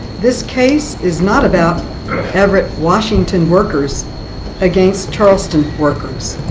this case is not about everett, washington, workers against charleston workers.